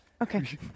Okay